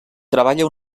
treballa